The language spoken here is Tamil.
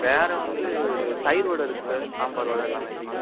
வேறு வந்து தயிரு வடை இருக்குது சார் சாம்பார் வடை எல்லாமே இருக்குது சார்